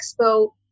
expo